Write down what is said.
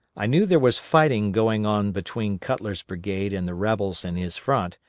i knew there was fighting going on between cutler's brigade and the rebels in his front,